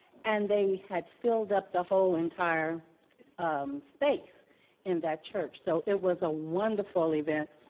and they had filled up the whole entire um space in that church so it was a wonderful event.